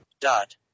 Dot